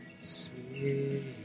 sweet